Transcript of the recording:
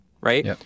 right